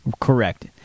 Correct